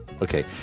Okay